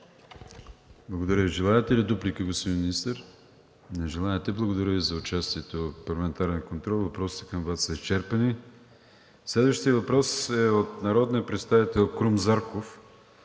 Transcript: Благодаря Ви. Желаете ли дуплика, господин Министър? Не желаете. Благодаря Ви за участието в парламентарния контрол, въпросите към Вас са изчерпани. Следващият въпрос е от народния представител Крум Зарков